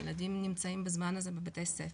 ילדים נמצאים בזמן הזה בבתי ספר.